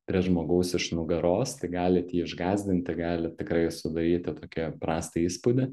prie žmogaus iš nugaros tai galit jį išgąsdinti galit tikrai sudaryti tokią prastą įspūdį